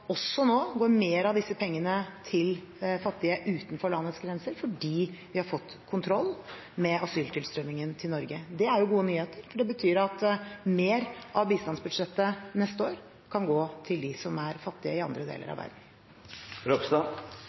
Også nå går mer av disse pengene til fattige utenfor landets grenser, fordi vi har fått kontroll med asyltilstrømningen til Norge. Det er gode nyheter. Det betyr at mer av bistandsbudsjettet neste år kan gå til dem som er fattige i andre deler av